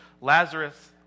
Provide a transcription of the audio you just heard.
Lazarus